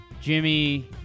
Jimmy